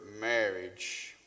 marriage